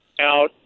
out